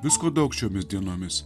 visko daug šiomis dienomis